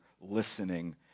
listening